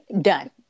Done